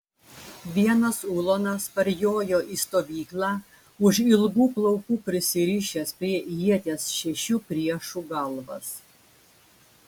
vienas ulonas parjojo į stovyklą už ilgų plaukų prisirišęs prie ieties šešių priešų galvas